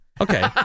Okay